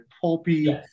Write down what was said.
pulpy